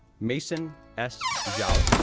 mason s. zhao,